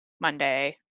Monday